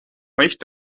nicht